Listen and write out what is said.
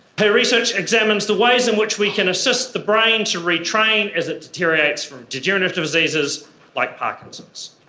her research examines the ways in which we can assist the brain to retrain as it deteriorates from degenerative diseases like parkinson's.